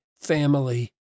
family